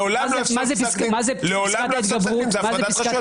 זה הפרדת רשויות.